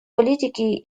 политики